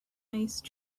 ice